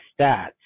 stats